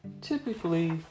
typically